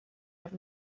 have